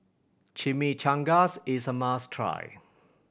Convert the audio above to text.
chimichangas is a must try